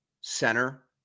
center